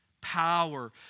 Power